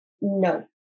No